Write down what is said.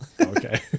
Okay